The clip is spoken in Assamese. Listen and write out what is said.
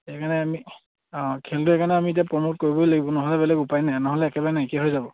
সেইকাৰণে আমি অঁ খেলটো সেইকাৰণে আমি এতিয়া প্ৰমোট কৰিবই লাগিব নহ'লে বেলেগ উপায় নহ'লে একেবাৰে নাইকীয়া হৈ যাব